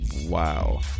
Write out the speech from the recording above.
Wow